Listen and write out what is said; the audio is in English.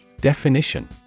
Definition